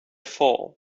fall